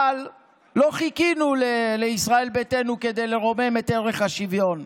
אבל לא חיכינו לישראל ביתנו כדי לרומם את ערך השוויון.